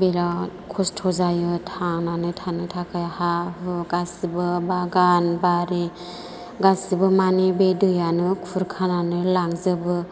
बेराद खस्त' जायो थांनानै थानो थाखाय हा हु गासैबो बागान बारि गासैबो माने बे दैआनो खुरखानानै लांजोबो